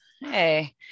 Hey